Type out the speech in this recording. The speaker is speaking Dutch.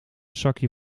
zakje